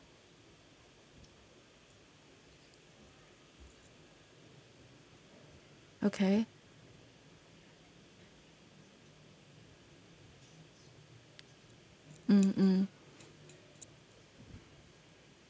okay mm mm